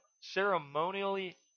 ceremonially